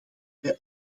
bij